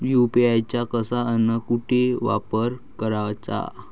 UPI चा कसा अन कुटी वापर कराचा?